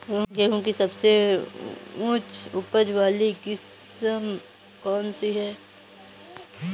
गेहूँ की सबसे उच्च उपज बाली किस्म कौनसी है?